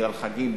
בגלל חגים,